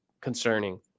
concerning